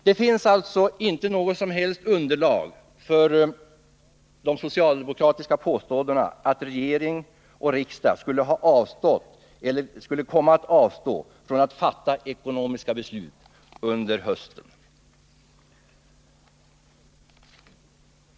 Det finns alltså inte något som helst underlag för de socialdemokratiska påståendena att regering och riksdag skulle ha avstått eller kommer att avstå från att fatta ekonomiska beslut under hösten.